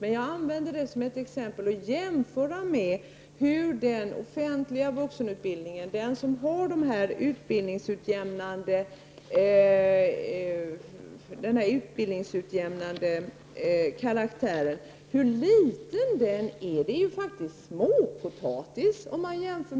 Men jag tog exemplet med den offentliga vuxenutbildningen, den som har den här utbildningsutjämnande karaktären, för att visa hur liten den är.